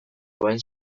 duen